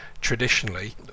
traditionally